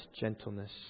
gentleness